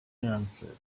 answered